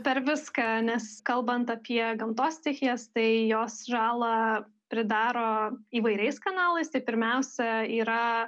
per viską nes kalbant apie gamtos stichijas tai jos žalą pridaro įvairiais kanalais tai pirmiausia yra